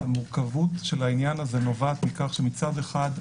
קודם כול,